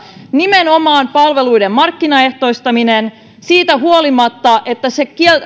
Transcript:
nimenomaan palveluiden markkinaehtoistaminen siitä huolimatta että se